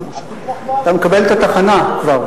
אתה מקבל את התחנה כבר,